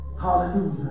Hallelujah